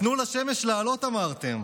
"תנו לשמש לעלות", אמרתם.